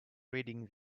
reading